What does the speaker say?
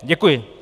Děkuji.